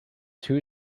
two